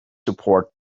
support